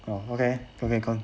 oh okay okay con~